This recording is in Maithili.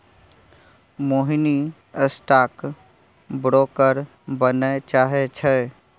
मोहिनी स्टॉक ब्रोकर बनय चाहै छै